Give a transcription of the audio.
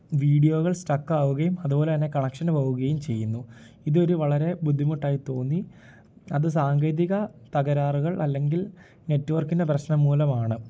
വീഡിയോകൾ സ്റ്റക്കാവുകയും അതുപോലെ തന്നെ കണക്ഷന് പോവുകയും ചെയ്യുന്നു ഇതൊരു വളരെ ബുദ്ധിമുട്ടായി തോന്നി അത് സാങ്കേതിക തകരാറുകൾ അല്ലെങ്കിൽ നെറ്റ് വർക്കിൻ്റെ പ്രശ്നം മൂലമാണ്